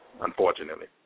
Unfortunately